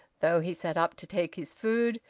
though he sat up to take his food,